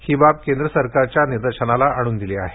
ही बाब केंद्र सरकारच्या निदर्शनास आणून दिली आहे